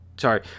sorry